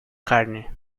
carne